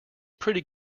pretty